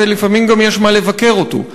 ולפעמים גם יש מה לבקר אותו,